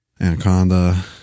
Anaconda